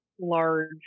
large